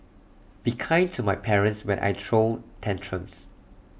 be kind to my parents when I throw tantrums